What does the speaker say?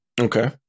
Okay